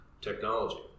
technology